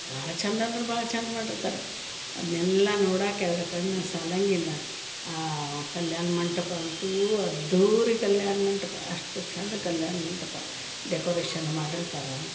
ಭಾಳ ಚಂದ ಅಂದ್ರೆ ಭಾಳ ಚಂದ ಮಾಡಿರ್ತಾರೆ ಅದನ್ನೆಲ್ಲ ನೋಡಕ್ಕ ಎರಡು ಕಣ್ಣು ಸಾಲೊಂಗಿಲ್ಲ ಆ ಕಲ್ಯಾಣ ಮಂಟಪ ಅಂತೂ ಅದ್ದೂರಿ ಕಲ್ಯಾಣ ಮಂಟಪ ಅಷ್ಟು ಚಂದ ಕಲ್ಯಾಣ ಮಂಟಪ ಡೆಕೋರೇಷನ್ ಮಾಡಿರ್ತಾರೆ